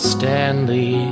Stanley